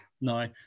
No